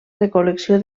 recol·lecció